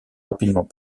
rapidement